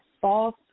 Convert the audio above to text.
false